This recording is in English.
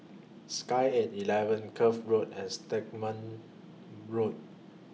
Sky At eleven Cuff Road and Stagmont Road